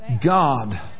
God